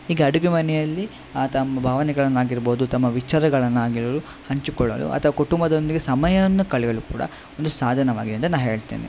ಹೀಗೆ ಅಡುಗೆ ಮನೆಯಲ್ಲಿ ತಮ್ಮ ಭಾವನೆಗಳನ್ನಾಗಿರಬಹುದು ತಮ್ಮ ವಿಚಾರಗಳನ್ನಾಗಿರಲು ಹಂಚಿಕೊಳ್ಳಲು ಅಥವಾ ಕುಟುಂಬದೊಂದಿಗೆ ಸಮಯವನ್ನು ಕಳೆಯಲು ಕೂಡ ಒಂದು ಸಾಧನವಾಗಿದೆ ಅಂತ ನಾನು ಹೇಳ್ತೇನೆ